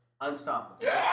unstoppable